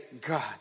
God